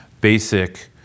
basic